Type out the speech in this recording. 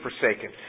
forsaken